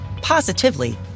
positively